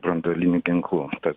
branduoliniu ginklu tas